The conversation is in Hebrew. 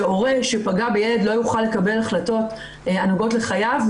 שהורה שפגע בילד לא יוכל לקבל החלטות הנוגעות לחייו,